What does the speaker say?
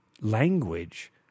language